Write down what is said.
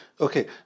Okay